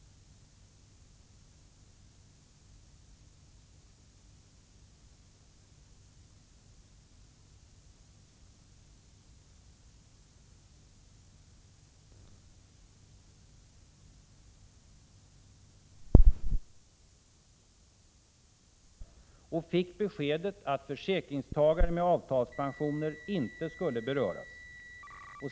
I en debatt som jag hade med honom i Expressen frågade jag honom gång på gång om detta och fick beskedet att försäkringstagare med avtalspensioner inte skulle beröras.